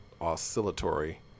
oscillatory